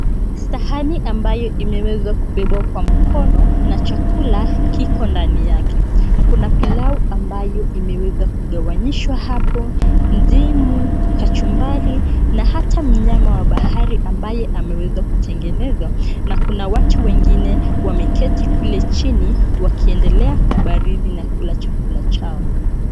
Sahani ambayo imewezwa kubebwa kwa mkono na chakula kiko ndani yake. Kuna pilau ambayo imeweza kugawanyishwa hapo, ndimu, kachumbari na hata mnyama wa bahari ambaye amewezwa kutengenezwa na kuna watu wengine wameketi kule chini wakiendelea kubarizi na kula chakula chao.